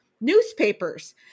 newspapers